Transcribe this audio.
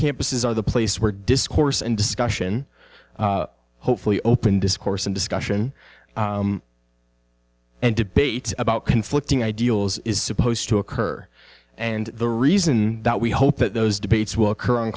campuses are the place where discourse and discussion hopefully open discourse and discussion and debate about conflicting ideals is supposed to occur and the reason that we hope that those debates